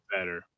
better